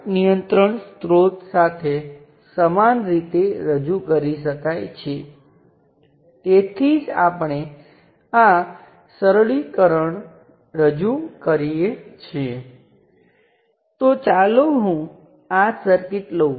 હવે આપણે જરૂર પ્રમાણે કોઈપણને સંદર્ભ લઈ શકીએ પરંતુ માત્ર સરળતા માટે ચાલો હું આ નોડને જ સંદર્ભ તરીકે લઉં